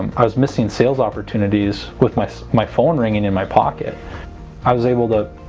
um i was missing sales opportunities with my my phone ringing in my pocket i was able to